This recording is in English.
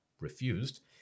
refused